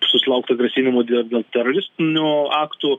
susilaukta grasinimų dėl dėl teroristinių aktų